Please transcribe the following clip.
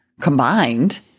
combined